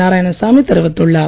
நாராயணசாமி தெரிவித்துள்ளார்